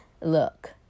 Look